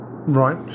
Right